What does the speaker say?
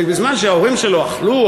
ובזמן שההורים שלו אכלו,